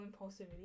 impulsivity